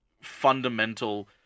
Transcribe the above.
fundamental